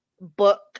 book